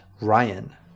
Ryan